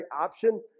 option